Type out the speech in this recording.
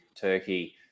Turkey